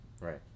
Right